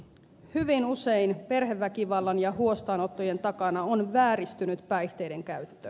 hyvin usein perheväkivallan ja huostaanottojen takana on vääristynyt päihteidenkäyttö